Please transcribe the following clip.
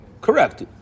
correct